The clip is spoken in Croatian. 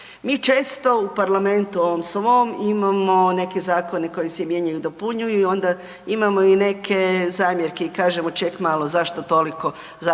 Mi često u parlamentu ovom svom imamo neke zakone koji se mijenjaju i dopunjuju i onda imamo i neke zamjerke i kažemo ček malo zašto toliko zakona